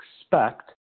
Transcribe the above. expect